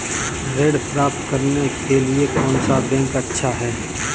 ऋण प्राप्त करने के लिए कौन सा बैंक अच्छा है?